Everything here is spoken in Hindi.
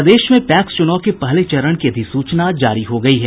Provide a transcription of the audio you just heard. प्रदेश में पैक्स चूनाव के पहले चरण की अधिसूचना जारी हो गयी है